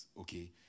Okay